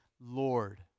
Lord